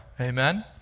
Amen